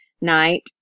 night